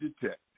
detect